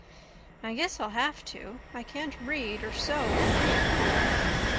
i guess i'll have to. i can't read or sew with any comfort now.